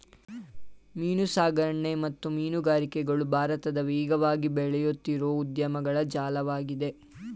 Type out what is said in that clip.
ಮೀನುಸಾಕಣೆ ಮತ್ತು ಮೀನುಗಾರಿಕೆಗಳು ಭಾರತದ ವೇಗವಾಗಿ ಬೆಳೆಯುತ್ತಿರೋ ಉದ್ಯಮಗಳ ಜಾಲ್ವಾಗಿದೆ